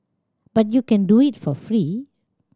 but you can do it for free